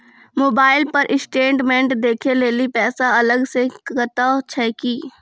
Mobile पर statement देखे लेली पैसा अलग से कतो छै की?